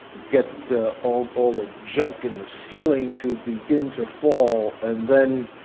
get all all the junk in the ceiling to begin to fall. and then,